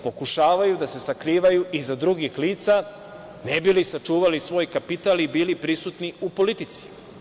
Pokušavaju da se sakrivaju iza drugih lica ne bi li sačuvali svoj kapital i bili prisutni u politici.